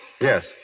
Yes